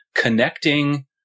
connecting